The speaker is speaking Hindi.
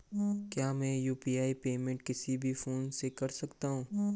क्या मैं यु.पी.आई पेमेंट किसी भी फोन से कर सकता हूँ?